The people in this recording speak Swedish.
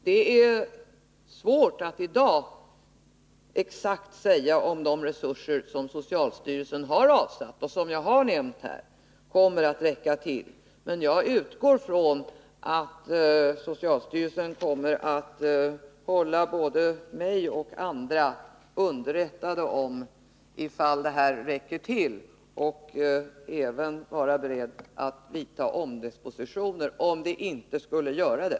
Det är svårt att i dag exakt säga om de resurser som socialstyrelsen har avsatt och som jag har nämnt här kommer att räcka till, men jag utgår från att socialstyrelsen kommer att hålla både mig och andra underrättade om, ifall de här resurserna räcker till, och även vara beredd att vidta omdispositioner, om de inte skulle göra det.